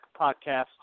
podcast